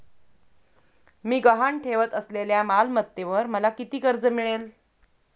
मी गहाण ठेवत असलेल्या मालमत्तेवर मला किती कर्ज मिळेल?